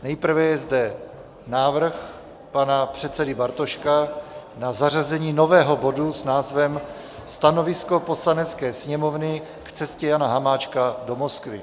Nejprve je zde návrh pana předsedy Bartoška na zařazení nového bodu s názvem Stanovisko Poslanecké sněmovny k cestě Jana Hamáčka do Moskvy.